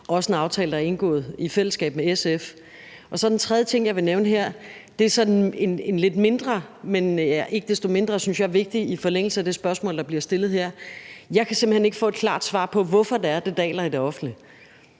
også en aftale, der er indgået i fællesskab med SF. Den tredje ting, jeg vil nævne her, er sådan en lidt mindre, men ikke desto mindre, synes jeg, vigtig ting i forlængelse af det spørgsmål, der bliver stillet her. Jeg kan simpelt hen ikke få et klart svar på, hvorfor antallet daler i det offentlige.